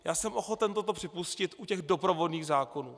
Já jsem ochoten toto připustit u těch doprovodných zákonů.